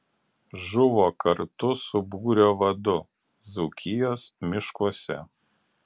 žuvo kartu su būrio vadu dzūkijos miškuose